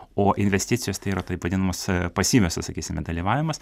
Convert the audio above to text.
o investicijos tai yra taip vadinamos pasyvioios sakysime dalyvavimas